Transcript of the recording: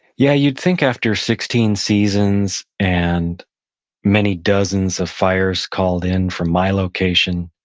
yeah, you'd think after sixteen seasons and many dozens of fires called in from my location,